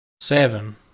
Seven